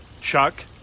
chuck